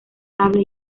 sable